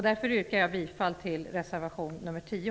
Därmed yrkar jag bifall till reservation nr 10.